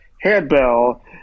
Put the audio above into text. handbell